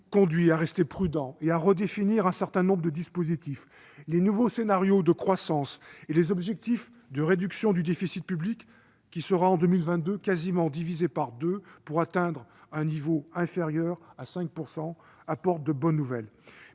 conduit à rester prudents et à redéfinir un certain nombre de dispositifs. Les nouveaux scénarios de croissance et la réduction du déficit public, qui sera quasiment divisé par deux en 2022 et devrait atteindre un niveau inférieur à 5 %, apportent leur lot de bonnes nouvelles.